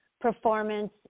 performance